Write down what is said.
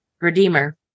Redeemer